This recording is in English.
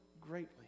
greatly